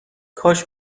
کاش